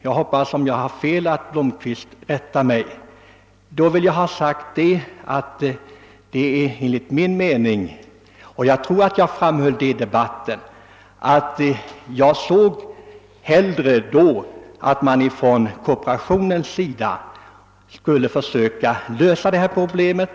Jag hoppas att herr Blomkvist rättar mig, om jag har fel. Jag tror att jag i debatten framhöll att jag hellre såg att kooperationen försökte lösa problemet.